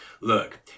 Look